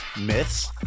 myths